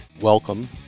Welcome